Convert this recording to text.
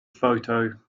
photo